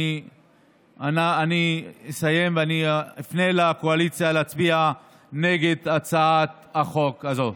אני אסיים ואני אפנה לקואליציה להצביע נגד הצעת החוק הזו.